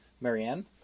Marianne